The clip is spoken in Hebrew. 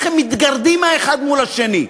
איך הם מתגרדים האחד מול השני,